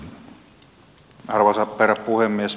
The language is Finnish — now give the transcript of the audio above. arvoisa herra puhemies